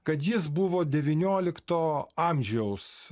kad jis buvo devyniolikto amžiaus